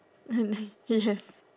yes